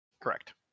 correct